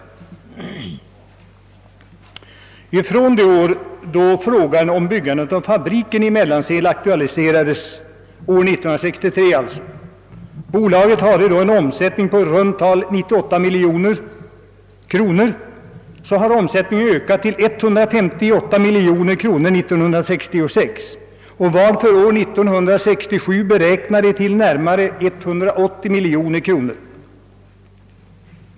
Från år 1963, då frågan om byggandet av fabriken i Mellansel aktualiserades och då bolaget hade en omsättning på i runt tal 98 miljoner kronor, hade omsättningen ökat till 158 miljoner kronor 1966. För 1967 hade den beräknats uppgå till närmare 180 miljoner kronor.